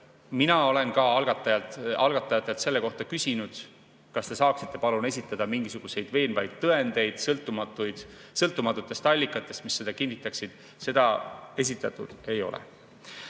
Mina olen ka algatajatelt selle kohta küsinud, kas te saaksite palun esitada mingisuguseid veenvaid tõendeid, mis on pärit sõltumatutest allikatest ja mis seda kinnitaksid. Neid esitatud ei ole.